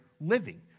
living